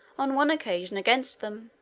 on one occasion, against them.